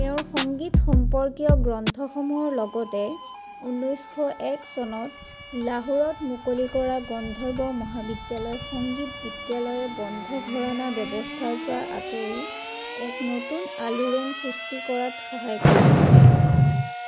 তেওঁৰ সংগীত সম্পৰ্কীয় গ্ৰন্থসমূহৰ লগতে ঊনৈছশ এক চনত লাহোৰত মুকলি কৰা গন্ধৰ্ব মহাবিদ্যালয় সংগীত বিদ্যালয়ে বন্ধ ঘৰানা ব্যৱস্থাৰ পৰা আঁতৰি এক নতুন আলোড়ন সৃষ্টি কৰাত সহায় কৰিছিল